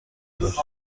داشت